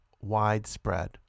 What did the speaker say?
widespread